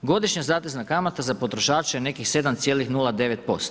Godišnja zatezna kamata za potrošače je nekih 7,09%